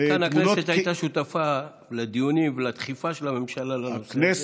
וכאן הכנסת הייתה שותפה לדיונים ולדחיפה של הממשלה לנושא.